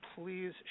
please